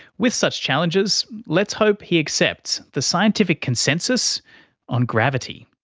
with such challenges, let's hope he accepts the scientific consensus on gravity.